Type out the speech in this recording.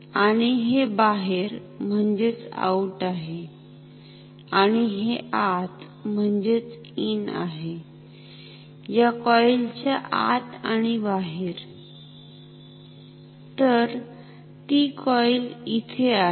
आणि हे बाहेरआउट आहे आणि हे आतइन आहे या कॉईल च्या आत आणि बाहेरतर ती कॉइल इथे आहे